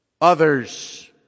others